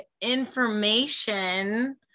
information